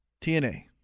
TNA